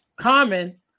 common